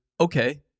Okay